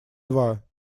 два